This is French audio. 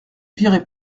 virer